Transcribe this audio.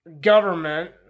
government